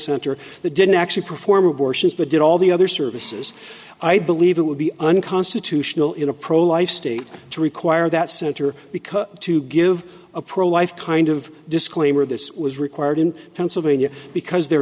center the didn't actually perform abortions but did all the other services i believe it would be unconstitutional in a pro life state to require that center because to give a pro life kind of disclaimer this was required in pennsylvania because they're